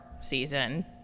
season